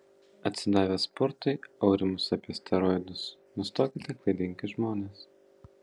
atsidavęs sportui aurimas apie steroidus nustokite klaidinti žmones